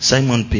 Simon